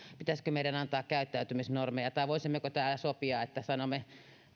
pitäisikö meidän antaa käyttäytymisnormeja tai voisimmeko täällä sopia että sanomme